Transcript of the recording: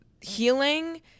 healing